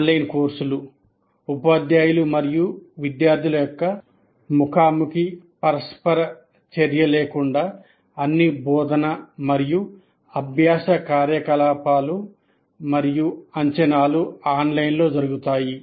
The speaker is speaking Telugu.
ఆన్లైన్ కోర్సులు ఉపాధ్యాయులు మరియు విద్యార్థుల మధ్య ముఖాముఖి పరస్పర చర్య లేకుండా అన్ని బోధన మరియు అభ్యాస కార్యకలాపాలు మరియు అంచనాలు ఆన్లైన్లో జరుగుతాయి